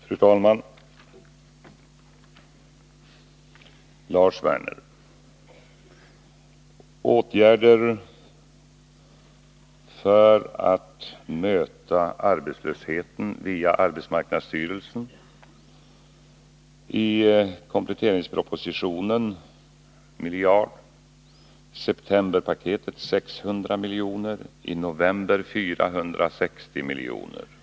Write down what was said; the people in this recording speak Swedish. Fru talman! Till Lars Werner: Åtgärder för att möta arbetslösheten via arbetsmarknadsstyrelsen — i kompletteringspropositionen 1 miljard kronor, i septemberpaketet 600 milj.kr., i november 460 milj.kr.